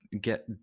get